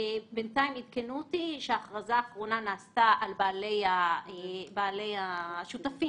הדגש של חברי היה סביב העניין הזה של משקי